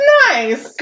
nice